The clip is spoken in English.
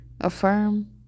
affirm